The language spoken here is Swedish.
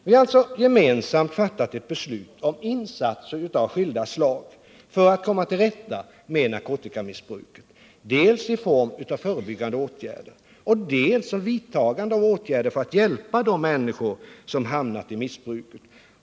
Vi har alltså gemensamt fattat ett beslut om insatser av skilda slag för att komma till rätta med narkotikamissbruket dels i form av förebyggande åtgärder, dels i form av åtgärder för att hjälpa de människor som hamnat i missbruket.